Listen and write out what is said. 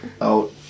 Out